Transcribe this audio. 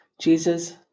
Jesus